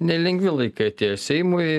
nelengvi laikai seimui